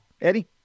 Eddie